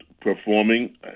performing